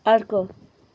अर्को